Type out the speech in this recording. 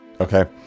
Okay